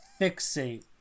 fixate